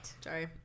Sorry